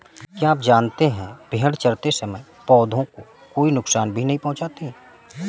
क्या आप जानते है भेड़ चरते समय पौधों को कोई नुकसान भी नहीं पहुँचाती